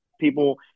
people